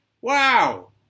Wow